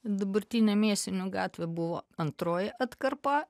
dabartinė mėsinių gatvė buvo antroji atkarpa